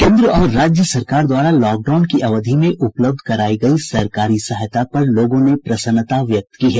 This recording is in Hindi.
केन्द्र और राज्य सरकार द्वारा लॉकडाउन की अवधि में उपलब्ध करायी गयी सरकारी सहायता पर लोगों ने प्रसन्नता व्यक्त की है